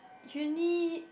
uni